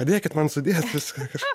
padėkit man sudėt viską kaž